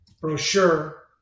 brochure